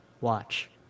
Watch